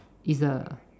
is a